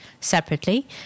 Separately